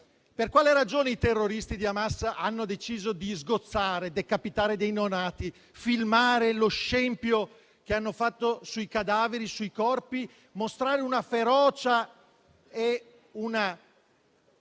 Per quale ragione i terroristi di Hamas hanno deciso di sgozzare e decapitare dei neonati, filmare lo scempio che hanno fatto sui cadaveri e mostrare una ferocia e un